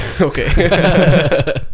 Okay